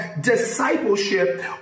discipleship